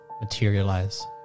materialize